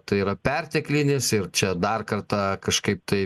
tai yra perteklinis ir čia dar kartą kažkaip tai